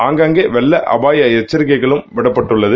ஆங்காங்கே வெள்ள ஆபாப எச்சரிக்கைகளும் விடப்பட்டுள்ளது